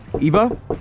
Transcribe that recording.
Eva